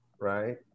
right